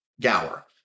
Gower